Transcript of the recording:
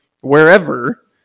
wherever